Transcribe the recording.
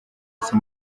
isi